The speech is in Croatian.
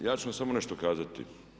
A ja ću vam samo nešto kazati.